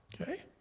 Okay